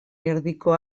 erdiko